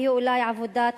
והיא אולי עבודת